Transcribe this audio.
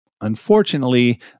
Unfortunately